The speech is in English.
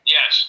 Yes